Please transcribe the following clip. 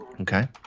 Okay